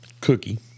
Cookie